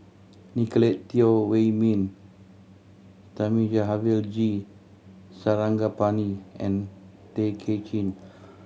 Nicolette Teo Wei Min Thamizhavel G Sarangapani and Tay Kay Chin